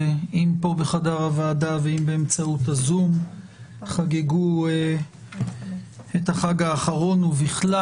אם כאן בחדר הוועדה ואם באמצעות הזום חגגו את החג האחרון ובכלל